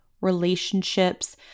relationships